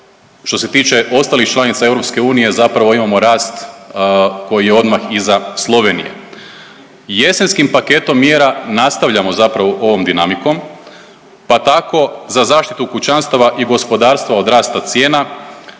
Što se tiče ostalih članica EU zapravo imamo rast koji je odmah iza Slovenije. Jesenskim paketom mjera nastavljamo zapravo ovom dinamikom, pa tako za zaštitu kućanstava i gospodarstva od rasta cijena